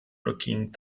looking